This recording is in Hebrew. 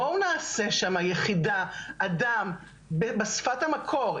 בואו נעשה שם יחידה עם בן אדם בשפת המקור,